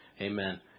Amen